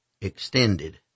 extended